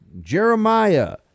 Jeremiah